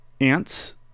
ants